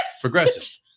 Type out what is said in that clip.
Progressive